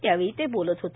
त्यावेळी ते बोलत होते